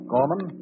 Gorman